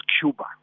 Cuba